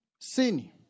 Sin